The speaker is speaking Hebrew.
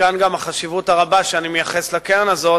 מכאן גם החשיבות הרבה שאני מייחס לקרן הזו